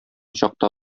чакта